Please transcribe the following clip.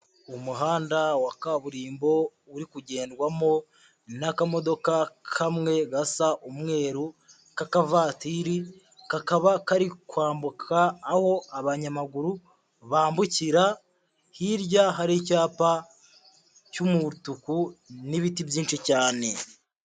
Umuhanda wa kaburimbo uri kugendwamo n'akamodoka kamwe gasa umweru k'akavatiri, kakaba kari kwambuka aho abanyamaguru bambukira, hirya hari icyapa cy'umutuku n'ibiti byinshi cyane.